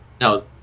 No